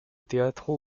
teatro